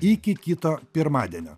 iki kito pirmadienio